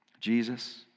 Jesus